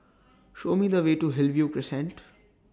Show Me The Way to Hillview Crescent